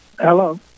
Hello